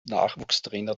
nachwuchstrainer